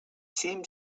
seemed